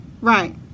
Right